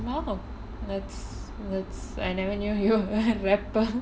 !wow! that's that's I never knew you were a rapper